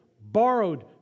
borrowed